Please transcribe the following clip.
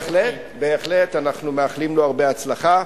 בהחלט, בהחלט, אנחנו מאחלים לו הרבה הצלחה.